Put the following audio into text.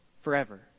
forever